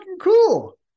cool